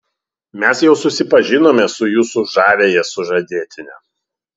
mes jau susipažinome su jūsų žaviąja sužadėtine